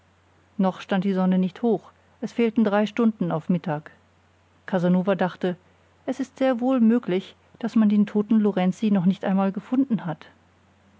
noch stand die sonne nicht hoch es fehlten drei stunden auf mittag casanova dachte es ist sehr wohl möglich daß man den toten lorenzi noch nicht einmal gefunden hat